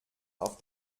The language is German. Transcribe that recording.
auf